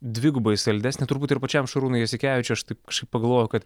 dvigubai saldesnė turbūt ir pačiam šarūnui jasikevičiui aš taip kažkaip pagalvojau kad